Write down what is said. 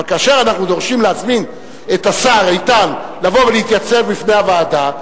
אבל כאשר אנחנו דורשים להזמין את השר איתן לבוא ולהתייצב בפני הוועדה,